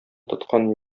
тоткан